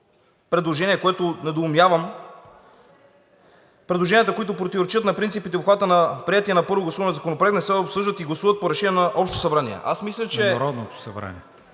предложение, което недоумявам. „Предложенията, които противоречат на принципите и обхвата на приетия на първо гласуване законопроект, не се обсъждат и гласуват по решение на Народното събрание.“ Мисля, че